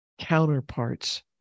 counterparts